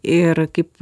ir kaip